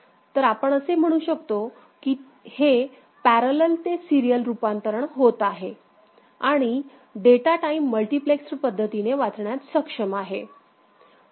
तर आपण असे म्हणू शकतो की हे पॅरलल ते सिरीयल रूपांतरण होत आहे आणि डेटा टाईम मल्टिप्लेक्सड पद्धतीने वाचण्यात सक्षम आहे